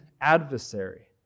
adversary